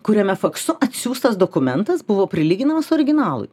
kuriame faksu atsiųstas dokumentas buvo prilyginamas originalui